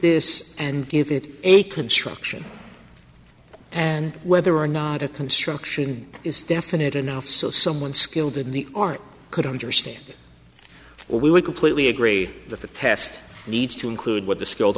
this and give it a construction and whether or not a construction is definite enough so someone skilled in the art could understand it or we would completely agree that the test needs to include what the skilled